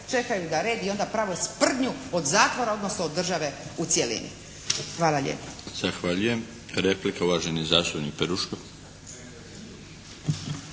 čekaju na red i onda prave sprdnju od zatvora odnosno od države u cjelini. Hvala lijepo.